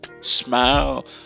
smile